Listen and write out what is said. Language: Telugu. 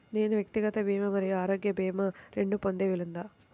నేను వ్యక్తిగత భీమా మరియు ఆరోగ్య భీమా రెండు పొందే వీలుందా?